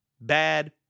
bad